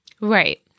right